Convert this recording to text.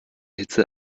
hitze